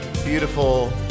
beautiful